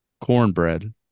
cornbread